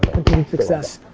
success.